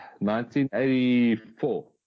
1984